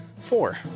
four